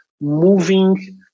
moving